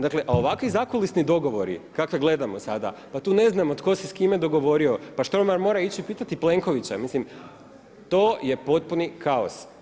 Dakle, ovakvi zakulisni dogovori kakve gledamo sada, pa tu ne znamo tko se s kime dogovorio, pa Štromar odmah mora ići pitati Plenkovića, mislim, to je potpuni kaos.